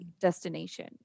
destination